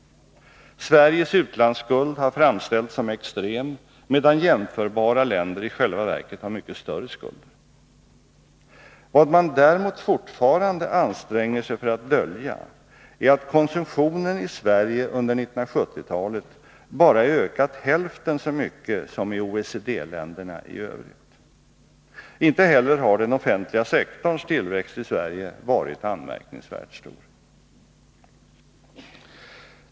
Sveriges utlandsskuld har framställts som extrem, medan jämförbara länder i själva verket har mycket större skulder. Vad man däremot fortfarande anstränger sig för att dölja är att konsumtionen i Sverige under 1970-talet bara ökat hälften så mycket som i OECD-länderna i övrigt. Inte heller har den offentliga sektorns tillväxt i Sverige varit anmärkningsvärt stor.